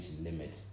limit